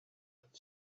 but